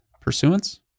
Pursuance